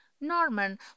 Norman